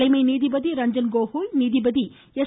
தலைமை நீதிபதி ரஞ்சன் கோகோய் நீதிபதி ளு